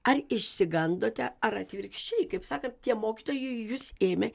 ar išsigandote ar atvirkščiai kaip sakant tie mokytojai jus ėmė